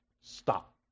stop